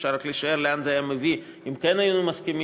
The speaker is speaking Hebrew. אפשר רק לשער לאן זה היה מביא אם כן היינו מסכימים.